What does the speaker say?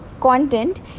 content